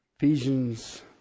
Ephesians